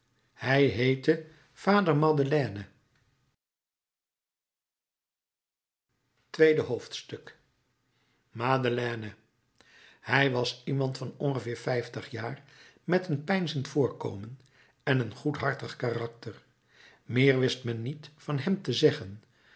hij heette vader madeleine tweede hoofdstuk madeleine hij was iemand van ongeveer vijftig jaar met een peinzend voorkomen en een goedhartig karakter meer wist men niet van hem te zeggen